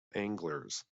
anglers